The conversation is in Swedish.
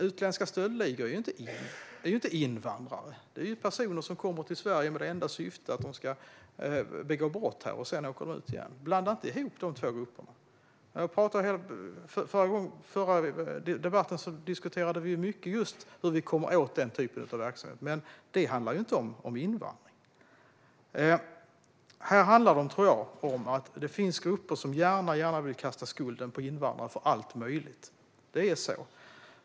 Utländska stöldligor är inte invandrare. Det är personer som kommer till Sverige med det enda syftet att de ska begå brott här, och sedan åker de ut igen. Blanda inte ihop de två grupperna! I den förra debatten diskuterade vi mycket hur vi kommer åt den typen av verksamhet. Men det handlar inte om invandring. Här handlar det om att det finns grupper som gärna vill kasta skulden på invandrare för allt möjligt. Det är så.